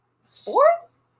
sports